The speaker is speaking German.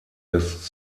des